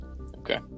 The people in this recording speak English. Okay